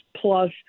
plus